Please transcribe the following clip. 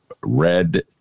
red